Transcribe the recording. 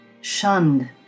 shunned